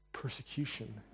Persecution